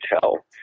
tell